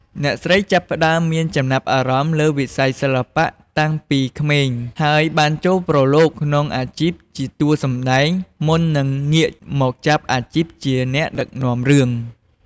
អ្នកស្រីចាប់ផ្ដើមមានចំណាប់អារម្មណ៍លើវិស័យសិល្បៈតាំងពីក្មេង ហើយបានចូលប្រឡូកក្នុងអាជីពជាតួសម្តែងមុននឹងងាកមកចាប់អាជីពជាអ្នកដឹកនាំរឿង។